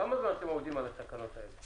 כמה זמן אתם עובדים על התקנות האלה?